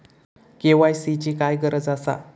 KYC ची काय गरज आसा?